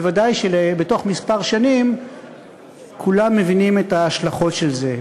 ודאי שבתוך כמה שנים כולם מבינים את ההשלכות של זה.